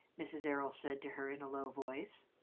mrs. errol said to her in a low voice.